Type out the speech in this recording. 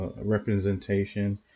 representation